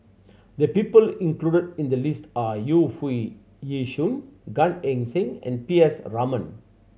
the people included in the list are Yu Foo Yee Shoon Gan Eng Seng and P S Raman